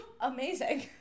Amazing